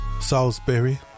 Salisbury